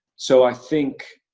so i think